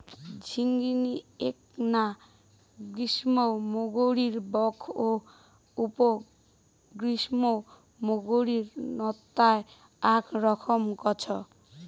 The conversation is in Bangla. ঝিঙ্গিনী এ্যাকনা গ্রীষ্মমণ্ডলীয় বর্গ ও উপ গ্রীষ্মমণ্ডলীয় নতার আক রকম গছ